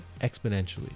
exponentially